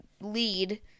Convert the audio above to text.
lead